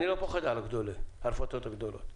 אני לא פוחד על הרפתות הגדולות,